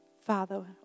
Father